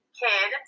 kid